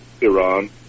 Iran